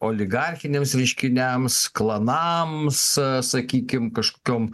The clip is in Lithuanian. oligarchiniams reiškiniams klanams sakykim kažkokiom